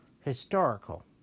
historical